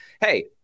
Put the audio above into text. Hey